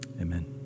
Amen